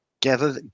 gather